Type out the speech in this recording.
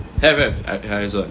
have have I have the highest [one]